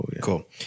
cool